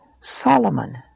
Solomon